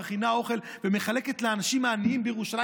מכינה אוכל ומחלקת לאנשים העניים בירושלים.